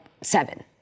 seven